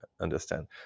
understand